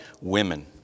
women